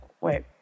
wait